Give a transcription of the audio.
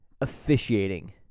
Officiating